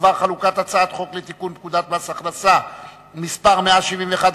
בדבר חלוקת הצעת חוק לתיקון פקודת מס הכנסה (מס' 171),